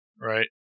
Right